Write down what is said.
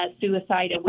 suicide